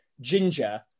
ginger